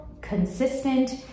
consistent